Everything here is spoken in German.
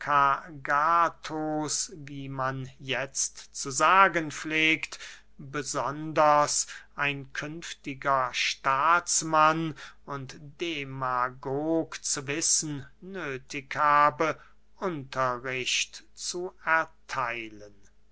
wie man jetzt zu sagen pflegt besonders ein künftiger staatsmann und demagog zu wissen nöthig habe unterricht zu ertheilen